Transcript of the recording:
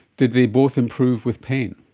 did they both improve with pain?